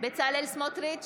בצלאל סמוטריץ'